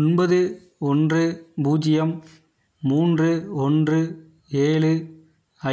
ஒன்பது ஒன்று பூஜ்யம் மூன்று ஒன்று ஏழு